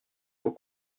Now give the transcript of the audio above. beau